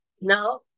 now